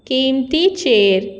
किमतीचेर